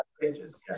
pages